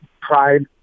pride